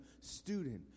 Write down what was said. student